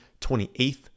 28th